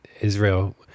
Israel